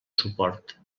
suport